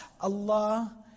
Allah